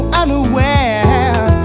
unaware